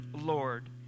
Lord